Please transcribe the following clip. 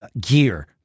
gear